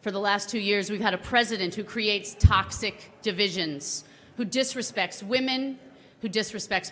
for the last two years we've had a president who creates toxic divisions who disrespects women who disrespect